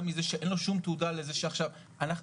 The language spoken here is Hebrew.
מזה שאין לו שום תעודה לזה שעכשיו יש לו,